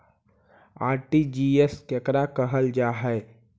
RTGS केकरा कहल जा है?